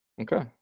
Okay